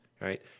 right